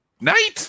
Night